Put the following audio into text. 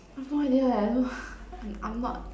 I've no idea leh I don't know I'm I'm not